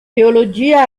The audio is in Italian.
teologia